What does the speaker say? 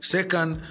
Second